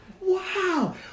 Wow